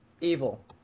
Evil